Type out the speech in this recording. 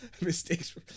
mistakes